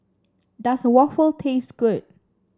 does waffle taste good